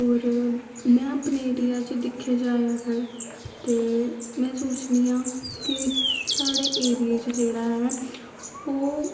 और में अपने एरिया च दिक्केआ जाए अगर ते में सोचनी आं कि साढ़े एरियां च जेह्ड़ा ऐ ओह्